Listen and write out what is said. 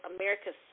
America's